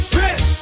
rich